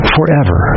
Forever